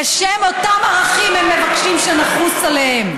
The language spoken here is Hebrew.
בשם אותם ערכים הם מבקשים שנחוס עליהם.